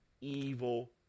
evil